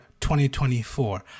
2024